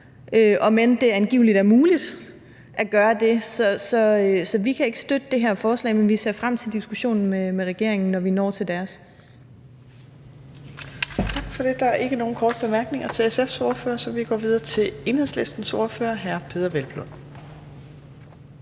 om end det angiveligt er muligt at gøre det. Så vi kan ikke støtte det her forslag, men vi ser frem til diskussionen med regeringen, når vi når til det. Kl. 18:54 Fjerde næstformand (Trine Torp): Tak for det. Der er ikke nogen korte bemærkninger til SF's ordfører, så vi går videre til Enhedslistens ordfører hr. Peder Hvelplund.